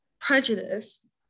prejudice